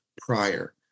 prior